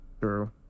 True